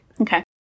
Okay